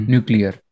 Nuclear